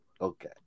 Okay